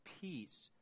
peace